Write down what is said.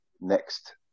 next –